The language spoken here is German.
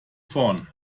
vorn